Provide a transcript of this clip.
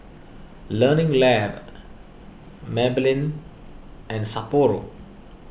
Learning Lab Maybelline and Sapporo